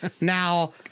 Now